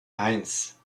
eins